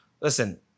listen